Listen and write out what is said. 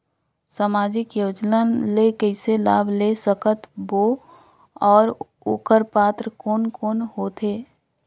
समाजिक योजना ले कइसे लाभ ले सकत बो और ओकर पात्र कोन कोन हो थे?